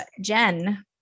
Jen